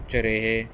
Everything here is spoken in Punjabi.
'ਚ ਰਹੇ